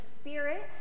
Spirit